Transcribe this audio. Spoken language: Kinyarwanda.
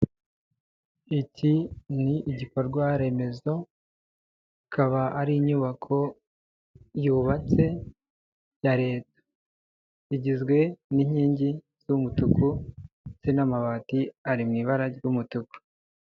Iki ni igikorwa remezo ikaba ari inyubako yubatse ya leta igizwe n'inkingi z'umutuku ndetse n'amabati ari mu ibara ry'umutuku.